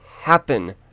happen